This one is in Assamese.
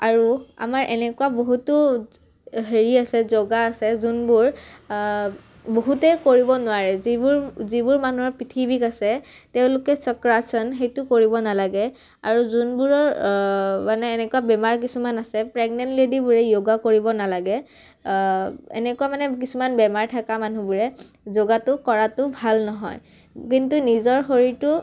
আৰু আমাৰ এনেকুৱা বহুতো হেৰি আছে যোগা আছে যোনবোৰ বহুতেই কৰিব নোৱাৰে যিবোৰ যিবোৰ মানুহৰ পিঠি বিষ আছে তেওঁলোকে চক্ৰাসন সেইটো কৰিব নালাগে আৰু যোনবোৰৰ মানে এনেকুৱা বেমাৰ কিছুমান আছে প্ৰেগনেন্ট লেডিবোৰে য়োগা কৰিব নালাগে এনেকুৱা মানে কিছুমান বেমাৰ থকা মানুহবোৰে যোগাটো কৰাটো ভাল নহয় কিন্তু নিজৰ শৰীৰটো